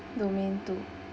domain two